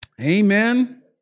Amen